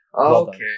Okay